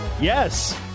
Yes